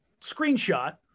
screenshot